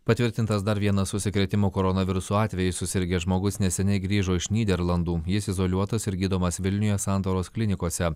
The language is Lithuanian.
patvirtintas dar vienas užsikrėtimo koronavirusu atvejis susirgęs žmogus neseniai grįžo iš nyderlandų jis izoliuotas ir gydomas vilniuje santaros klinikose